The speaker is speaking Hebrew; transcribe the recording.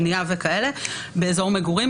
בנייה וכדומה באזור מגורים.